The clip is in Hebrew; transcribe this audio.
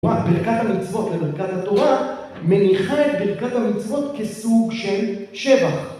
ברכת המצוות לברכת התורה מניחה את ברכת המצוות כסוג של שבח.